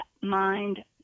Mind